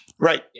Right